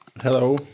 Hello